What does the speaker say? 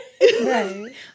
right